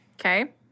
Okay